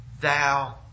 thou